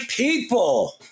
People